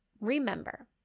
remember